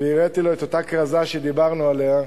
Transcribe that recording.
והראיתי לו את אותה כרזה שדיברתי עליה,